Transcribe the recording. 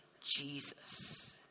Jesus